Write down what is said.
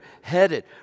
headed